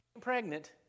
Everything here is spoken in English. pregnant